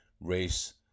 race